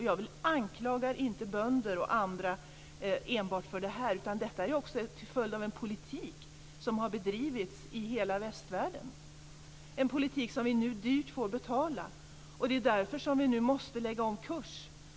Jag anklagar inte enbart bönder och andra för detta, utan det är också en följd av den politik som har bedrivits i hela västvärlden, en politik som vi nu dyrt får betala. Det är därför som vi måste lägga om kurs.